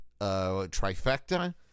trifecta